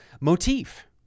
motif